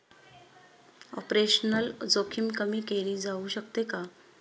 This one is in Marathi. ऑपरेशनल जोखीम कमी केली जाऊ शकते का?